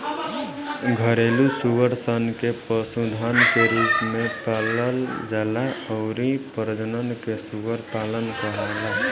घरेलु सूअर सन के पशुधन के रूप में पालल जाला अउरी प्रजनन के सूअर पालन कहाला